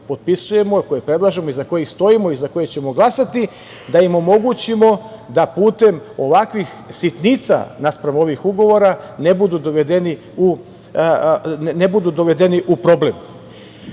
koje predlažemo, iza kojih stojimo i za koje ćemo glasati, da im omogućimo da putem ovakvih sitnica naspram ovih ugovora ne budu dovedeni u